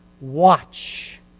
watch